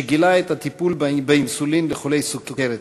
שגילה את הטיפול באינסולין לחולי סוכרת,